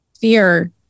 fear